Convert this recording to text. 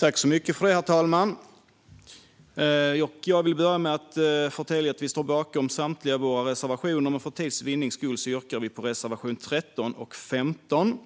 Herr talman! Jag vill börja med att förtälja att vi står bakom samtliga våra reservationer, men för tids vinnande yrkar vi bifall endast till reservationerna 13 och 15.